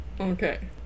okay